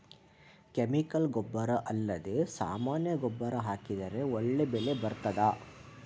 Chemical ಗೊಬ್ಬರ ಅಲ್ಲದೆ ಸಾಮಾನ್ಯ ಗೊಬ್ಬರ ಹಾಕಿದರೆ ಒಳ್ಳೆ ಬೆಳೆ ಬರ್ತದಾ?